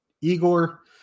Igor